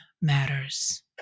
matters